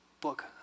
book